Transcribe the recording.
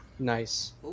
Nice